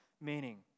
Meaning